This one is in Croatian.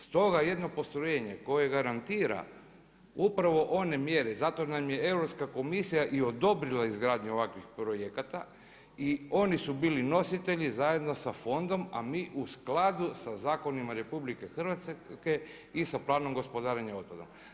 Stoga jedno postrojenje koje garantira upravo one mjere, zato nam je Europska komisija i odobrila izgradnju ovakvih projekata i oni su bili nositelji zajedno sa fondom, a mi u skladu sa zakonima RH i sa planom gospodarenja otpadom.